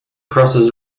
crosses